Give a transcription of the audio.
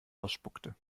ausspuckte